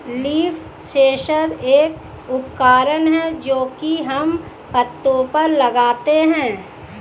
leaf sensor एक उपकरण है जो की हम पत्तो पर लगाते है